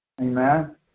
amen